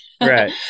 right